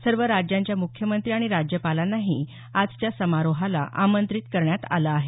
सर्व राज्यांच्या मुख्यमंत्री आणि राज्यपालांनाही आजच्या समारोहाला आमंत्रित करण्यात आलं आहे